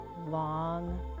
long